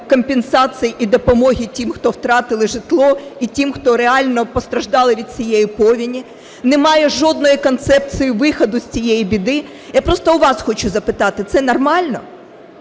компенсацій і допомоги тим, хто втратили житло, і тим, хто реально постраждали від цієї повені? Немає жодної концепції виходу з цієї біди. Я просто у вас хочу запитати, це нормально?